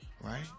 Right